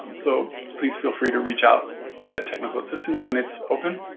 so, please feel free to reach out with that technical assistance when it's open.